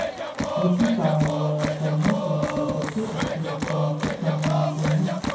कृषि कार्य करने के लिए सबसे अच्छे उपकरण किस कंपनी के हैं?